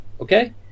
okay